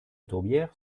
tourbière